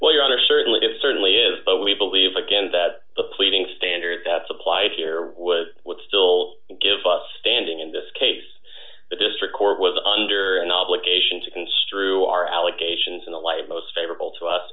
well your honor certainly it certainly is but we believe again that the pleading standard that's applied here would still give us standing in this case the district court with under an obligation to construe our allegations in the light most favorable to us